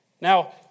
Now